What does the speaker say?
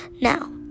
Now